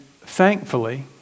thankfully